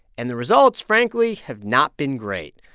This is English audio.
and the results, frankly, have not been great.